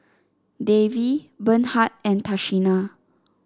Davie Bernhard and Tashina